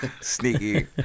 Sneaky